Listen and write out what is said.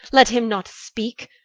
let him not speak.